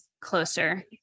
closer